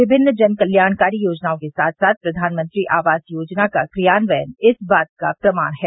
विभिन्न जन कल्याणकारी योजनाओं के साथ साथ प्रधानमंत्री आवास योजना का क्रियान्वयन इस बात का प्रमाण है